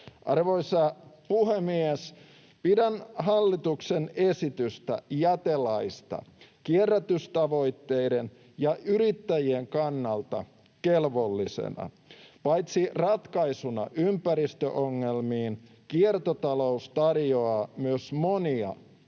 Arvoisa puhemies! Pidän hallituksen esitystä jätelaista kierrätystavoitteiden ja yrittäjien kannalta kelvollisena. Paitsi ratkaisun ympäristöongelmiin kiertotalous tarjoaa myös monia, monia